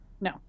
No